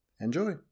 Enjoy